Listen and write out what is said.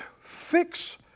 fix